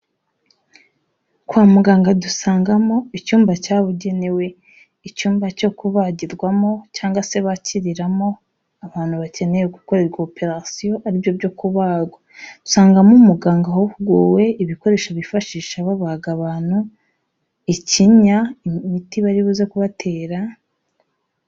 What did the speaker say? Kwa muganga dusangamo icyumba cyabugenewe icyumba cyo kubagirwamo cyangwa se bakiriramo abantu bakeneye gukorerwa operasiyo aribyo byo kubagwa, usangamo umuganga wahuguwe ibikoresho bifashisha babaga abantu ikinya imiti baribuzeze kubatera.